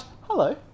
hello